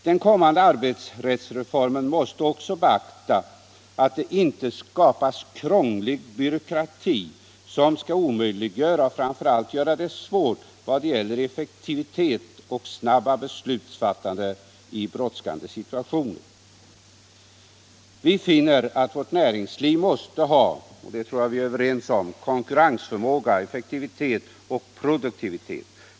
Den kommande arbetsrättsreformen måste också beakta att det inte skapas krånglig byråkrati, som kan omöjliggöra eller försvåra effektivitet och snabba beslut i brådskande situationer. Vi finner att vårt näringsliv måste ha — det tror jag att vi är överens om — konkurrensförmåga, effektivitet och produktivitet.